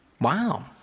Wow